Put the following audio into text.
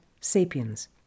sapiens